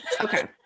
Okay